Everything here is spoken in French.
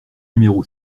numéro